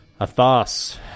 Athos